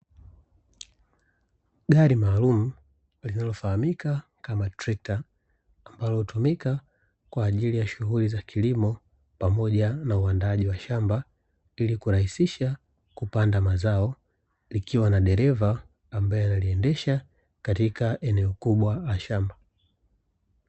Gari maalumu linalofahamika kama trekta linalotumika kwa ajili ya shughuli za kilimo pamoja na uandaji wa shamba ili kurahisisha kupanda mazao. Likiwa na dereva ambaye analiendesha katika eneo kubwa la shamba.